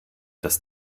das